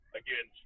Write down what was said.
again